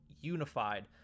unified